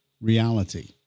reality